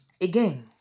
Again